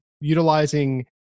utilizing